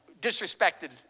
disrespected